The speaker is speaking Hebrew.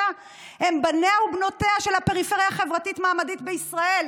הם בניה ובנותיה של הפריפריה החברתית-מעמדית בישראל,